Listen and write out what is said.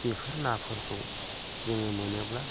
बेफोर नाफोरखौ जों मोनोब्ला